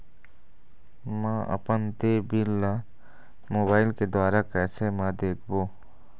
म अपन देय बिल ला मोबाइल के द्वारा कैसे म देखबो?